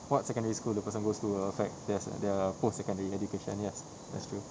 what secondary school the person goes to will affect thei~ their post secondary education yes that's true